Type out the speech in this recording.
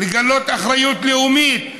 לגלות אחריות לאומית.